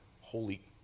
holy